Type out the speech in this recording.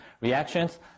reactions